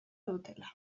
dutela